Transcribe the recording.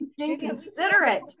Inconsiderate